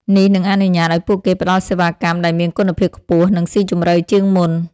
នេះនឹងអនុញ្ញាតឱ្យពួកគេផ្តល់សេវាកម្មដែលមានគុណភាពខ្ពស់ និងស៊ីជម្រៅជាងមុន។